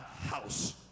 house